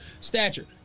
stature